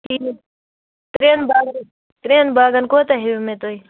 ٹھیٖک ترٛٮ۪ن باغن ترٛٮ۪ن باغَن کوتاہ ہیٚیُو مےٚ تُہۍ